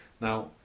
now